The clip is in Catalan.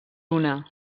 una